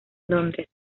londres